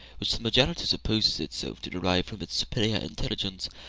which the majority supposes itself to derive from its superior intelligence,